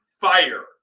fire